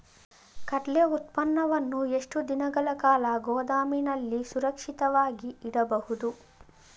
ಕಡ್ಲೆ ಉತ್ಪನ್ನವನ್ನು ಎಷ್ಟು ದಿನಗಳ ಕಾಲ ಗೋದಾಮಿನಲ್ಲಿ ಸುರಕ್ಷಿತವಾಗಿ ಇಡಬಹುದು?